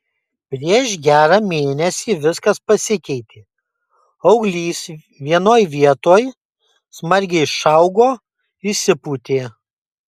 prieš gerą mėnesį viskas pasikeitė auglys vienoj vietoj smarkiai išaugo išsipūtė